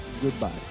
goodbye